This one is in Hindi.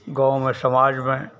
गाँव में समाज में